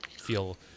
feel